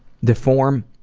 the form